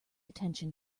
attention